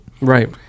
right